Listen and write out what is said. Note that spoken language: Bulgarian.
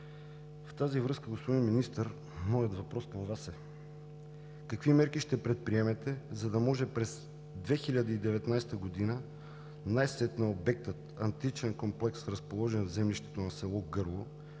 в тази връзка моят въпрос към Вас е: Какви мерки ще предприемете, за да може през 2019 г. най-сетне обектът „Античен комплекс“, разположен в землището на село Гърло,